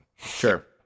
sure